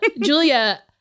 Julia